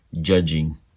judging